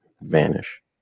vanish